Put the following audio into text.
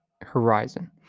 horizon